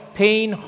pain